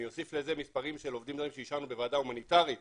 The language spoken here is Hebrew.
אוסיף לזה מספרים של עובדים שאישרנו בוועדה הומניטרית